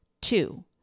Two